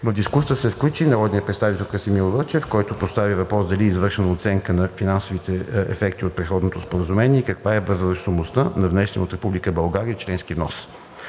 В дискусията се включи народният представител Красимир Вълчев, който постави въпрос дали е извършена оценка на финансовите ефекти от предходното споразумение и каква е възвръщаемостта на внесения от Република България членски внос.